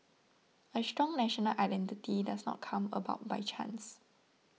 a strong national identity does not come about by chance